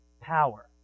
power